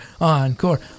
Encore